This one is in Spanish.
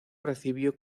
recibió